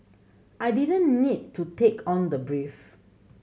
I didn't need to take on the brief